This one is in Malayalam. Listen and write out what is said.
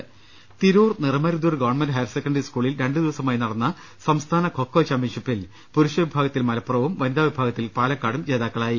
്്്്്് Tirur Niramaruthur government higher secondary സ്കൂളിൽ രണ്ടു ദിവസമായി നടന്ന സംസ്ഥാന ഖൊ ഖൊ ചാമ്പ്യൻഷിപ്പിൽ പുരുഷവിഭാഗത്തിൽ മലപ്പുറവും വനിതാവിഭാഗത്തിൽ പാലക്കാടും ജേതാക്കളായി